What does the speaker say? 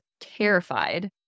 terrified